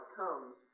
comes